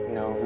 no